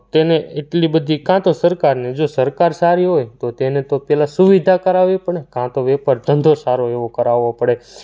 તેને એટલી બધી કાં તો સરકારને જો સરકાર સારી હોય તો તેને તો પહેલાં સુવિધા કરાવવી પડે કાં તો વેપાર ધંધો સારો એવો કરાવવો પડે